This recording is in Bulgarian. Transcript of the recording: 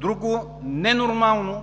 друго, ненормално